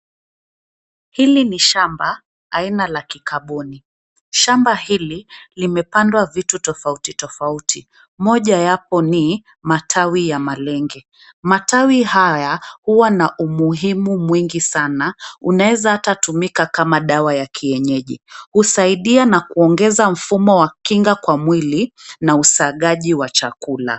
Hili ni shamba aina la kikaboni, shamba hili limepandwa vitu tofauti tofauti mojayapo ni matawi ya malenge, matawi haya huwa na umuhimu mwingi sana unaweza hata tumika kama dawa ya kienyeji, husaidia na kuongeza mfumo wa kinga kwa mwili na usagaji wa chakula.